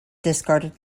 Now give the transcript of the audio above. discarded